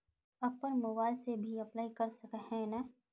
अपन मोबाईल से भी अप्लाई कर सके है नय?